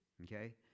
okay